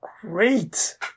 great